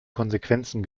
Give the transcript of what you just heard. konsequenzen